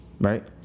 Right